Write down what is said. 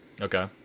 Okay